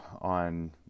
on